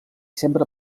sempre